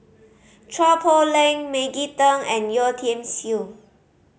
Chua Poh Leng Maggie Teng and Yeo Tiam Siew